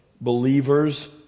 believers